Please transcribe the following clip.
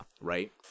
right